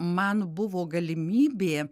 man buvo galimybė